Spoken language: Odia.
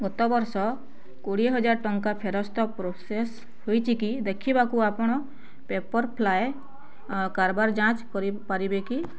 ଗତବର୍ଷ କୋଡ଼ିଏ ହଜାର ଟଙ୍କାର ଫେରସ୍ତ ପ୍ରସେସ୍ ହୋଇଛିକି ଦେଖିବାକୁ ଆପଣ ପେପର୍ପ୍ଲାଏ କାରବାର ଯାଞ୍ଚ କରିପାରିବେ କି